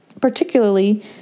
particularly